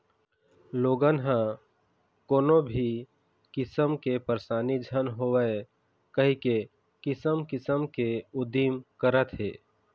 लोगन ह कोनो भी किसम के परसानी झन होवय कहिके किसम किसम के उदिम करत हे